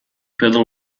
pedal